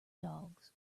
dogs